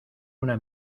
una